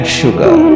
sugar